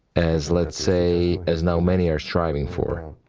as, let's say, as now many are striving for.